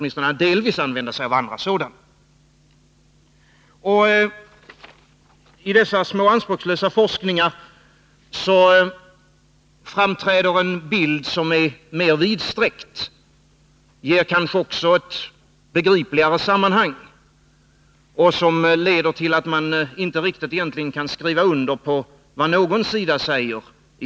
I den anspråkslösa forskning som man bedriver framträder en mer vidsträckt bild, som kanske ger en ett begripligare sammanhang och leder till att man egentligen inte riktigt kan skriva under vad någondera sidan säger.